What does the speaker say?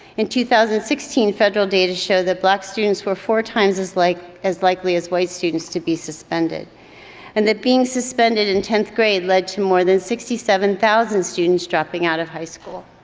and two thousand and sixteen, federal data show that black students were four times as like as likely as white students to be suspended and that being suspended in tenth grade led to more than sixty seven thousand students dropping out of high school.